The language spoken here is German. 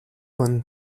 man